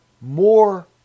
more